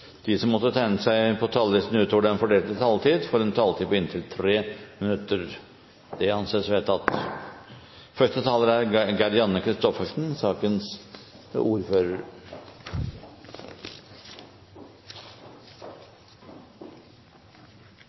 de som måtte tegne seg på talerlisten utover den fordelte taletid, får en taletid på inntil 3 minutter. – Det anses vedtatt. Kommuneproposisjonen er